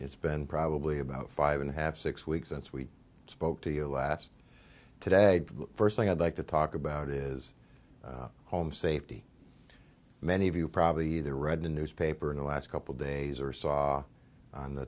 it's been probably about five and a half six weeks since we spoke to you last today the first thing i'd like to talk about is home safety many of you probably either read the newspaper in the last couple days or saw on the